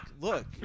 look